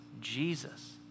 Jesus